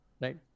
Right